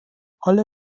alle